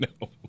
No